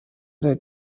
oder